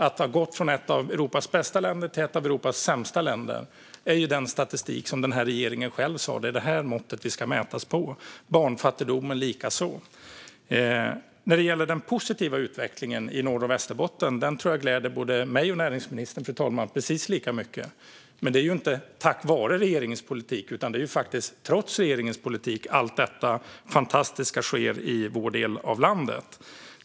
Att vi har gått från ett av Europas bästa till ett av Europas sämsta länder visar den statistik som regeringen själv sa att vi skulle använda för att mäta arbetslösheten, barnfattigdomen likaså. Den positiva utvecklingen i Norrbotten och Västerbotten tror jag gläder mig och näringsministern, fru talman, precis lika mycket. Men det är ju inte tack vare regeringens politik, utan det är faktiskt trots regeringens politik som allt detta fantastiska sker i vår del av landet.